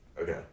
Okay